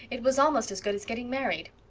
it was almost as good as getting married.